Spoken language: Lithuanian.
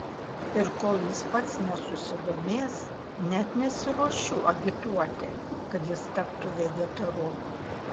ir kol jis pats nesusidomės net nesiruošiu agituoti kad jis taptų vegetaru